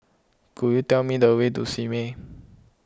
could you tell me the way to Simei